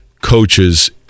coaches